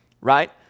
right